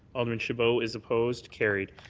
alderman chabot is opposed. carried.